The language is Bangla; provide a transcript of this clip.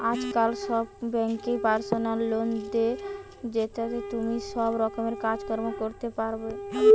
আজকাল সব বেঙ্কই পার্সোনাল লোন দে, জেতাতে তুমি সব রকমের কাজ কর্ম করতে পারবা